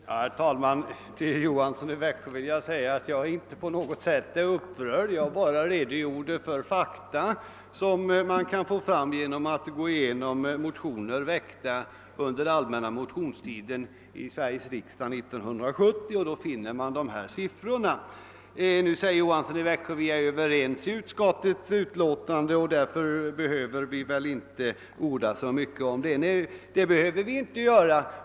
Herr talman! Till herr Johansson i Växjö vill jag säga att jag inte alls är upprörd. Jag har bara redogjort för fakta såsom de framkommer i motioner väckta under allmänna motionstiden i Sveriges riksdag 1970. Där kan man finna de siffror jag nämnde. Sedan säger herr Johansson i Växjö att vi är eniga i utskottets utlåtande och att vi därför inte behöver orda så mycket i denna fråga. Nej, det behöver vi inte göra.